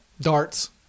Darts